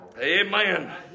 amen